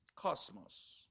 Cosmos